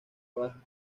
baja